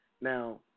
Now